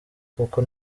kuko